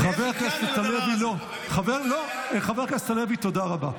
חבר הכנסת הלוי, תודה רבה.